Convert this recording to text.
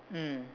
mm